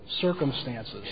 circumstances